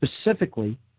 specifically